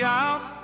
out